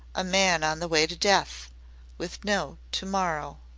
a man on the way to death with no to-morrow.